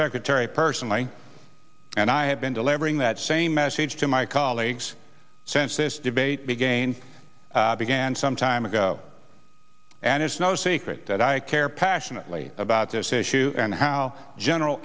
secretary personally and i have been delivering that same message to my colleagues since this debate the gain began some time ago and it's no secret that i care passionately about this issue and how general